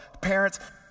Parents